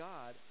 God